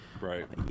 Right